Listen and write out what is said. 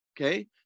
Okay